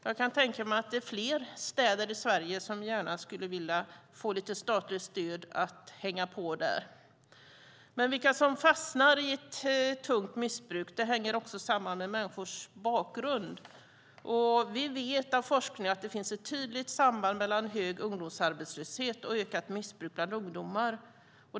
Jag kan tänka mig att det är fler städer i Sverige som gärna skulle vilja få lite statligt stöd och hänga på där. Vilka som fastnar i ett tungt missbruk hänger samman med människors bakgrund. Genom forskning vet vi att det finns ett tydligt samband mellan hög ungdomsarbetslöshet och ett ökat missbruk bland ungdomar.